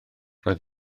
bydd